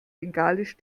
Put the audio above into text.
bengalisch